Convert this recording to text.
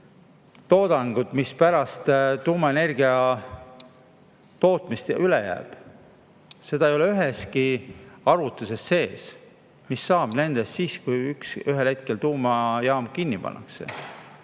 seda, mis pärast tuumaenergia tootmist üle jääb. Seda ei ole üheski arvutuses sees. Mis saab sellest siis, kui ühel hetkel tuumajaam kinni pannakse?